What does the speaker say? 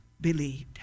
believed